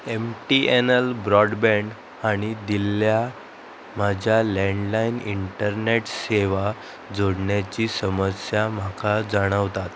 M T N L broadband हांणी दिल्ल्या म्हज्या लँडलायन इंटरनेट सेवा जोडण्याची समस्या म्हाका जाणवतात